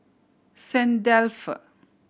Saint Dalfour